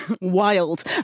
Wild